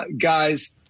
guys